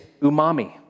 umami